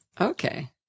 Okay